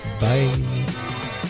Bye